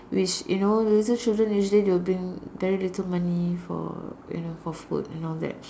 which you know little children usually they'll bring very little money for you know for food and all that